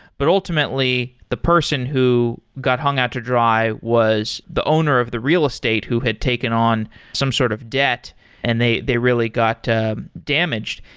but ultimately the person who got hung out to dry was the owner of the real estate who had taken on some sort of debt and they they really got damaged.